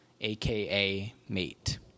A-K-A-Mate